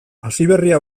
hasiberria